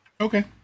Okay